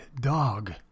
dog